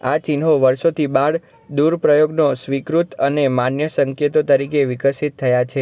આ ચિહ્નો વર્ષોથી બાળ દુર પ્રયોગનો સ્વીકૃત અને માન્ય સંકેતો તરીકે વિકસિત થયાં છે